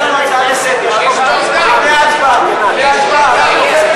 יש לנו הצעה לסדר לפני ההצבעה, חברים,